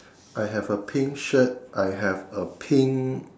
I have a pink shirt I have a pink